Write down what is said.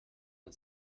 man